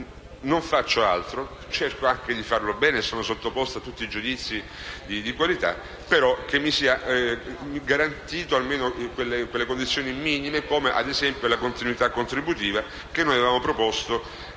non faccio altro; cerco anche di farlo bene e sono sottoposto a tutti i giudizi di qualità, ma che mi siano garantite almeno quelle condizioni minime, come, ad esempio, la continuità contributiva»; noi l'avevamo proposta,